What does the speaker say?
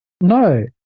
No